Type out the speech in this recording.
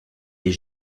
est